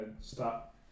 stop